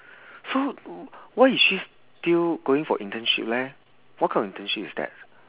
so why is she still going for internship leh what kind of internship is that